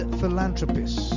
philanthropist